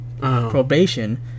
probation